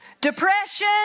Depression